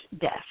death